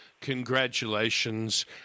Congratulations